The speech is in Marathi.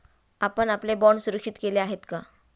आपण आपले बाँड सुरक्षित केले आहेत का?